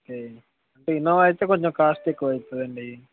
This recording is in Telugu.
ఓకే అంటే ఇన్నోవ ఐతే కొంచెం కాస్ట్ ఎక్కువ అయితదండి